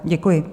Děkuji.